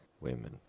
women